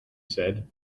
said